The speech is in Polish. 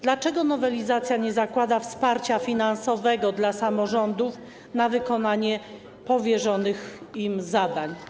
Dlaczego nowelizacja nie zakłada wsparcia finansowego dla samorządów na wykonanie powierzonych im zadań?